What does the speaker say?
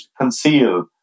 conceal